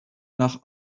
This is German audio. nach